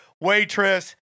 waitress